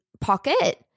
Pocket